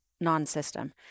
non-system